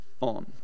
on